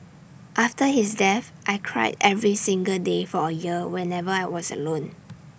after his death I cried every single day for A year whenever I was alone